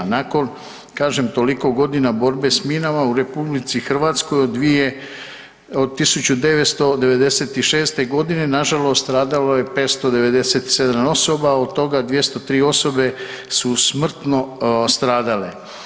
Nakon kažem toliko godina borbe sa minama u RH od 1996. godine na žalost stradalo je 597 osoba, od toga 203 osobe su smrtno stradale.